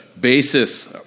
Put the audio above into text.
basis